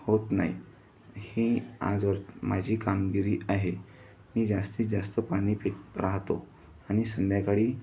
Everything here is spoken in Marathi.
होत नाही ही आजवर माझी कामगिरी आहे मी जास्तीत जास्त पाणी पित राहतो आणि संध्याकाळी